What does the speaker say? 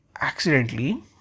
accidentally